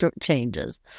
changes